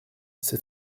c’est